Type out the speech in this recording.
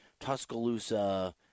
Tuscaloosa